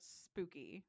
spooky